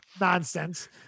nonsense